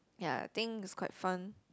ya think is quite fun